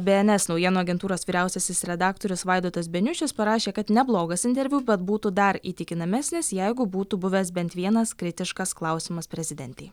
bė en es naujienų agentūros vyriausiasis redaktorius vaidotas beniušis parašė kad neblogas interviu būtų dar įtikinamesnis jeigu būtų buvęs bent vienas kritiškas klausimas prezidentei